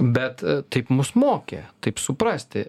bet taip mus mokė taip suprasti